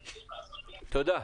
תודה.